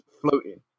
floating